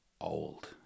old